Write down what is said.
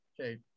Okay